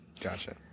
Gotcha